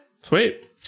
sweet